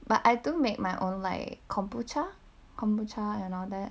but I do make my own like kombucha kombucha and all that